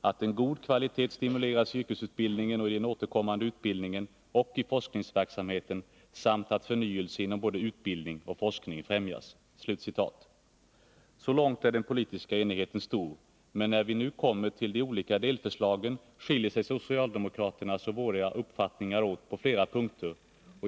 att en god kvalitet stimuleras i yrkesutbildningen och i den återkommande utbildningen och i forskningsverksamheten samt att förnyelsen inom både utbildning och forskning främjas. Så långt är den politiska enigheten stor. Men när vi kommer till de olika delförslagen skiljer sig socialdemokraternas och våra uppfattningar åt på flera punkter.